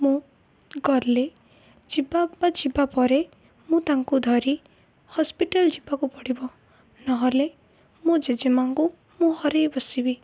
ମୁଁ ଗଲେ ଯିବା ବା ଯିବା ପରେ ମୁଁ ତାଙ୍କୁ ଧରି ହସ୍ପିଟାଲ୍ ଯିବାକୁ ପଡ଼ିବ ନହେଲେ ମୋ ଜେଜେମାଆଙ୍କୁ ମୁଁ ହରେଇ ବସିବି